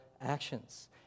actions